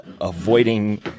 avoiding